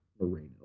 Moreno